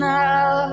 now